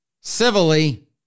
civilly